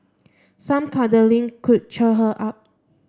some cuddling could cheer her up